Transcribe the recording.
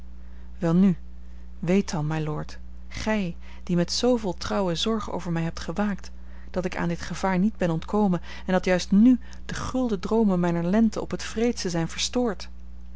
welnu weet dan mylord gij die met zooveel trouwe zorge over mij hebt gewaakt dat ik aan dit gevaar niet ben ontkomen en dat juist nù de gulden droomen mijner lente op het wreedste zijn verstoord